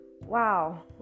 wow